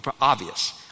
obvious